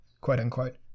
quote-unquote